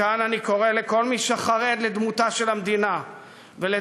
מכאן אני קורא לכל מי שחרד לדמותה של המדינה ולדמותה